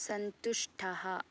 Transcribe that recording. सन्तुष्टः